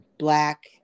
black